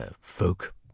folk